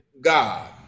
God